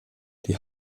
die